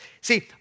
See